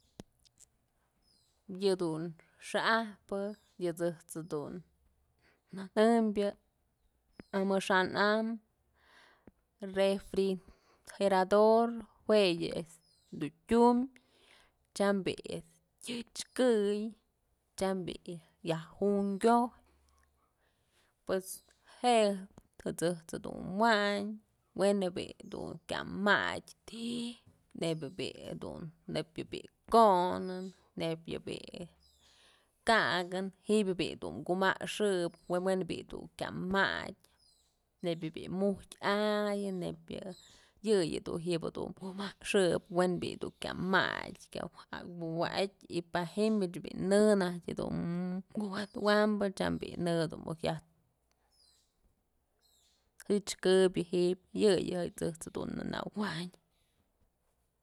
Yëdun xa'ajpë, yë ejt's jedun nanëmbyë amaxa'an amyë refrijerador jue yë este dun tyumbyë tyam bii este tyëch këy, tyam bi'i yaj junkyoj pues je ëjt's dun wayn we'en bi'i dun kya matyë ti'i nebyë di'i dun nebyë bi'i konën, nebyë bi'i ka'akën ji'i bi'i dun kumaxëp, we'en bi'i dun kya matyë nebyë bi'i mujtyë ayën nebyë yë, yëyë bi'i dun kumaxëp we'en du bi'i kya matyë kya wa'atyë y pa ji'im bi'i mich në najtyë jedun kuwa'atëwambë tyam bi'i në dun muk yaj tëchkëbyë ji'ib yëyë ëjt's dun nawayn.